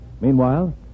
Meanwhile